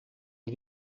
und